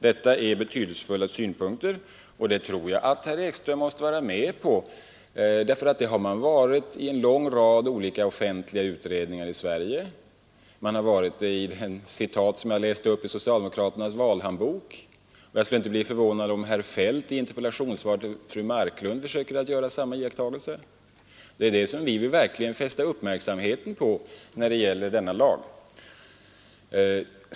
Detta är betydelsefulla synpunkter, och jag tror att herr Ekström måste hålla med mig om detta — det har kommit till uttryck i en lång rad olika offentliga utredningar i Sverige, och det har sagts i det citat jag läste upp ur socialdemokraternas valhandbok. Jag skulle inte bli förvånad om herr Feldt i interpellationssvaret till fru Marklund försöker göra samma iakttagelse. Det är det som vi verkligen vill fästa uppmärksamheten på när det gäller denna lag.